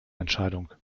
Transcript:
entscheidung